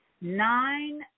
nine